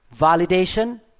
validation